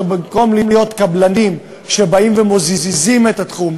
ובמקום להיות קבלנים שמזיזים את התחום,